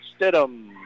Stidham